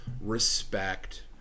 respect